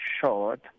short